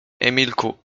emilku